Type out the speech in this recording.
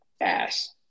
ass